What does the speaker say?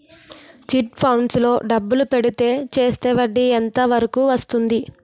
Chit funds లో డబ్బులు పెడితే చేస్తే వడ్డీ ఎంత వరకు వస్తుంది?